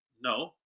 No